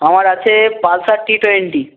আমার আছে পালসার টি টোয়েন্টি